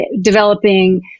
developing